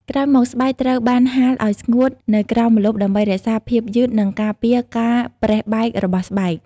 ក្រោយមក ស្បែកត្រូវបានហាលឱ្យស្ងួតនៅក្រោមម្លប់ដើម្បីរក្សាភាពយឺតនិងការពារការប្រេះបែករបស់ស្បែក។